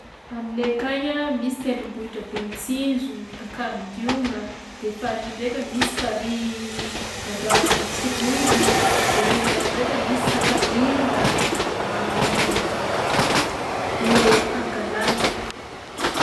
Aminay akagny a misy tendrombohitra be Mitsinjo, Takardiogna; de farihy ndraika: misy farihy Andranotsiriry; renindrano ndraika misy Sakamila de Pangalana.